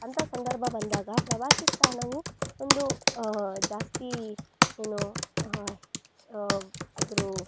ಅಂತ ಸಂದರ್ಭ ಬಂದಾಗ ಪ್ರವಾಸಿ ತಾಣವು ಒಂದು ಜಾಸ್ತಿ ಏನು ಅದ್ರ